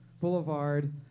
Boulevard